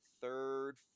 third –